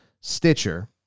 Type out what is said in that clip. Stitcher